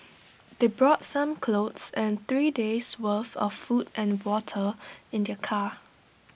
they brought some clothes and three days' worth of food and water in their car